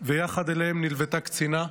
ואליהם נלוותה קצינה.